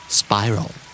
spiral